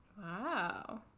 Wow